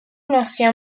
l’ancien